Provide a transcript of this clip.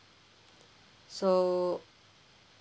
so